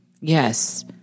yes